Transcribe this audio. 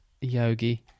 yogi